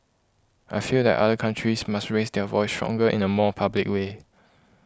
I feel that other countries must raise their voice stronger in a more public way